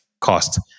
cost